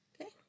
Okay